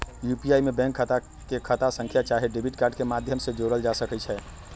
UPI में bank खता के खता संख्या चाहे डेबिट कार्ड के माध्यम से जोड़ल जा सकइ छै